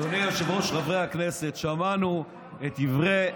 אדוני היושב-ראש, חברי הכנסת, שמענו את דברי,